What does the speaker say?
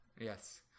Yes